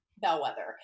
bellwether